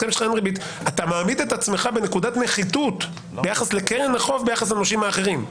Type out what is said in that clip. אתה מעמיד את עצמך בעמדת נחיתות ביחס לקרן החוב וביחס לנושים האחרים,